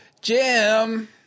Jim